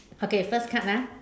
okay first card ah